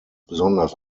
besonders